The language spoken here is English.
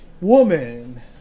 Woman